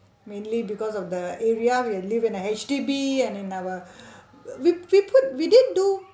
mainly because of the area we have live in a H_D_B and in our we we put we didn't do